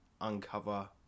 uncover